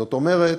זאת אומרת,